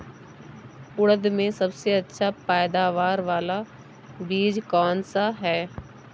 उड़द में सबसे अच्छा पैदावार वाला बीज कौन सा है?